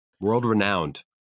World-renowned